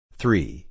three